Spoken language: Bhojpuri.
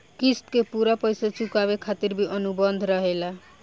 क़िस्त के पूरा पइसा चुकावे खातिर भी अनुबंध रहेला